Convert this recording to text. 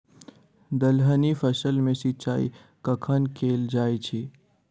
दलहनी फसल मे सिंचाई कखन कैल जाय छै?